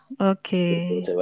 Okay